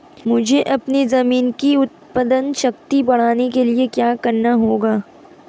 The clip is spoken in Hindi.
मुझे अपनी ज़मीन की उत्पादन शक्ति बढ़ाने के लिए क्या करना होगा?